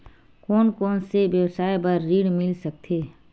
कोन कोन से व्यवसाय बर ऋण मिल सकथे?